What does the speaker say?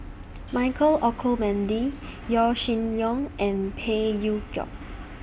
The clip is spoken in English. Michael Olcomendy Yaw Shin Leong and Phey Yew Kok